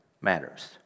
matters